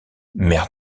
mer